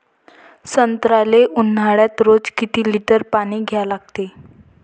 संत्र्याले ऊन्हाळ्यात रोज किती लीटर पानी द्या लागते?